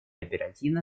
оперативно